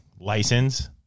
license